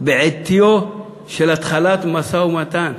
בעטייה של התחלת משא-ומתן,